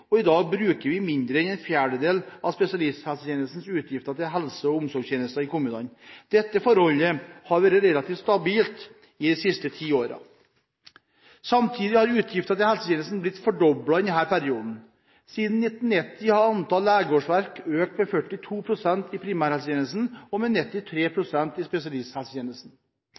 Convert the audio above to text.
og lever, og i dag bruker vi mindre enn en fjerdedel av spesialisthelsetjenestens utgifter til helse- og omsorgstjenester i kommunene. Dette forholdet har vært relativt stabilt de siste ti årene. Samtidig har utgifter til helsetjenesten blitt fordoblet i denne perioden. Siden 1990 har antallet legeårsverk økt med 42 pst. i primærhelsetjenesten og med 93 pst. i spesialisthelsetjenesten.